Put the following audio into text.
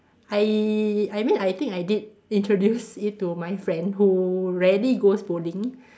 I I mean I think I did introduce it to my friend who rarely goes bowling